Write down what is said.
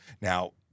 Now